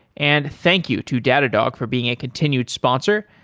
and thank you to datadog for being a continued sponsor.